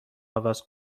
عوض